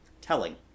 telling